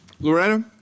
Loretta